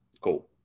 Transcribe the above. cool